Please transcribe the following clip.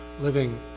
living